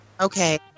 Okay